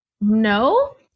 No